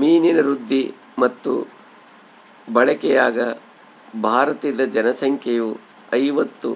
ಮೀನಿನ ವೃದ್ಧಿ ಮತ್ತು ಬಳಕೆಯಾಗ ಭಾರತೀದ ಜನಸಂಖ್ಯೆಯು ಐವತ್ತು